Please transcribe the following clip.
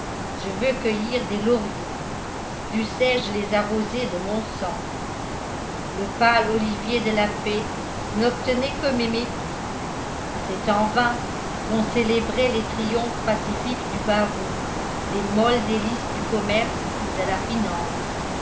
je veux cueillir des lauriers dussé-je les arroser de mon sang le pâle olivier de la paix n'obtenait que mes mépris c'est en vain qu'on célébrait les triomphes pacifiques du barreau les molles délices du commerce ou de la finance